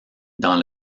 dans